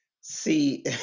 see